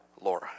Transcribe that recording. Laura